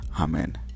Amen